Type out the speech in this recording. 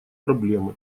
проблемы